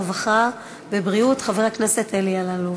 הרווחה והבריאות חבר הכנסת אלי אלאלוף.